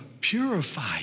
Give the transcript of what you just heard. purify